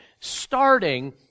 Starting